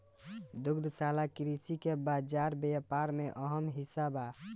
दुग्धशाला कृषि के बाजार व्यापार में अहम हिस्सा बा